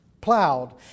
plowed